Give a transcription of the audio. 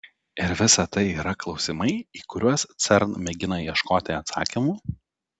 ir visa tai yra klausimai į kuriuos cern mėgina ieškoti atsakymų